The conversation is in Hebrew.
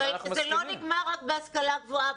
זה לא נגמר רק בהשכלה גבוהה.